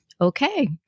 Okay